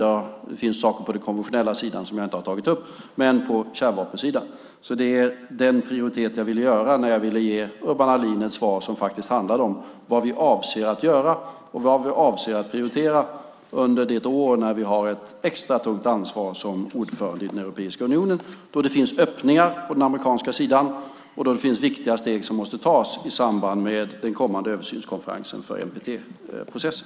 Ja, det finns saker på den konventionella sidan som jag inte har tagit upp - däremot på kärnvapensidan. Det är den prioritet jag ville göra när jag ville ge Urban Ahlin ett svar som faktiskt handlade om vad vi avser att göra och vad vi avser att prioritera under det år då vi har ett extra tungt ansvar som ordförande i Europeiska unionen, då det finns öppningar på den amerikanska sidan och då viktiga steg måste tas i samband med den kommande översynskonferensen för NPT-processen.